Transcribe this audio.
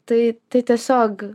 tai tai tiesiog